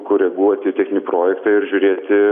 koreguoti techninį projektą ir žiūrėti